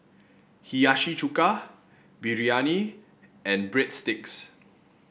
Hiyashi Chuka Biryani and Breadsticks